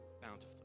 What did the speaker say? bountifully